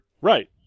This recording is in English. Right